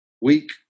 weak